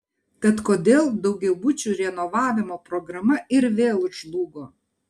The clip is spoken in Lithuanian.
tad kodėl daugiabučių renovavimo programa ir vėl žlugo